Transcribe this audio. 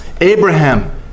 Abraham